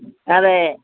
അതേ